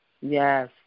Yes